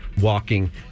Walking